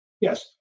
Yes